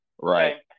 Right